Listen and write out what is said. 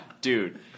Dude